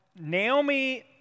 Naomi